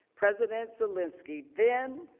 president zelensky then,